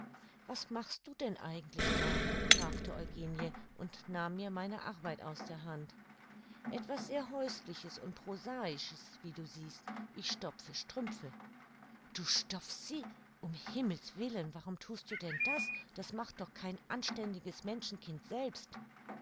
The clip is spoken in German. was machst du denn eigentlich da fragte eugenie und nahm mir meine arbeit aus der hand etwas sehr häusliches und prosaisches wie du siehst ich stopfe strümpfe du stopfst sie um's himmels willen warum thust du denn das das macht doch kein anständiges menschenkind selbst